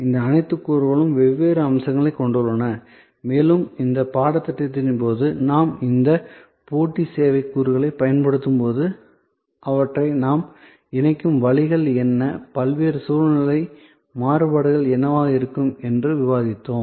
இந்த அனைத்து கூறுகளும் வெவ்வேறு அம்சங்களைக் கொண்டுள்ளன மேலும் இந்தப் பாடத்திட்டத்தின் போது நாம் இந்த போட்டி சேவை கூறுகளைப் பயன்படுத்தும்போது அவற்றை நாம் இணைக்கும் வழிகள் என்ன பல்வேறு சூழ்நிலை மாறுபாடுகள் என்னவாக இருக்கும் என்று விவாதிப்போம்